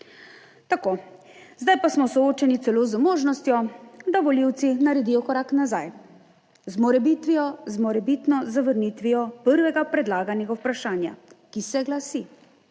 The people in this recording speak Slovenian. Tako, zdaj pa smo soočeni celo z možnostjo, da volivci naredijo korak nazaj z morebit, z morebitno zavrnitvijo prvega predlaganega vprašanja, ki se glasi: